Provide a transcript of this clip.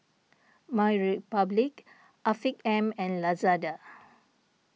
MyRepublic Afiq M and Lazada